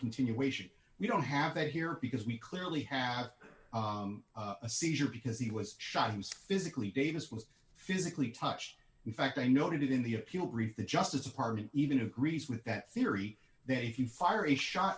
continuation we don't have it here because we clearly have a seizure because he was shot himself physically davis was physically touch in fact i noted in the appeal brief the justice department even agrees with that theory that if you fire a shot